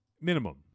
Minimum